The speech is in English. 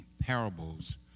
parables